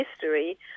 history